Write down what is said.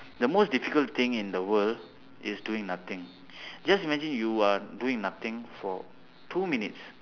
the most difficult thing in the world is doing nothing just imagine you are doing nothing for two minutes